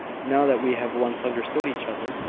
now that we have once understood each other.